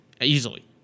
easily